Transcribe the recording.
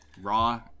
Raw